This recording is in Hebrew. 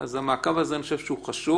אז המעקב הזה, אני חושב שהוא חשוב.